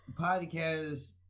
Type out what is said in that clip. podcast